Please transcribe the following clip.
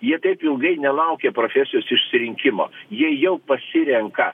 jie taip ilgai nelaukia profesijos išsirinkimo jie jau pasirenka